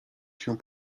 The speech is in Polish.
się